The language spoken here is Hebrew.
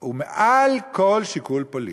הוא מעל כל שיקול פוליטי.